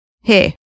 hey